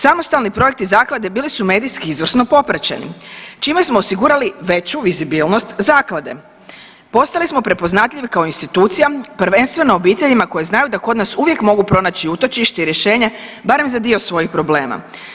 Samostalni projekti zaklade bili su medijski izvrsno popraćeni čime smo osigurali veću vizibilnost zaklade, postali smo prepoznatljivi kao institucija prvenstveno obiteljima koje znaju da kod nas uvijek mogu pronaći utočište i rješenje berem za dio svojih problema.